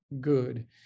good